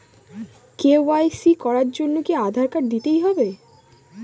KYC করার জন্য কি আধার কার্ড দিতেই হবে?